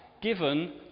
given